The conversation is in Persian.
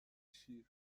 شیر